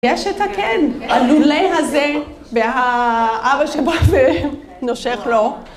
‫יש את הקן, הלולא הזה, ‫והאבא שבא ונושך לו.